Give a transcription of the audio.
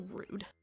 rude